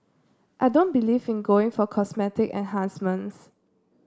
I don't believe in going for cosmetic enhancements